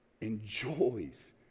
enjoys